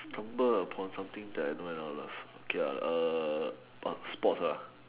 stumble upon something that I know and I'll love okay ah err ah sport lah